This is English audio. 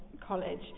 College